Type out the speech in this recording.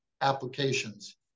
applications